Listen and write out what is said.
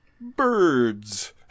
Birds